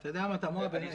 אתה יודע מה תמוה בעיני?